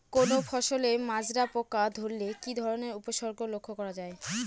কোনো ফসলে মাজরা পোকা ধরলে কি ধরণের উপসর্গ লক্ষ্য করা যায়?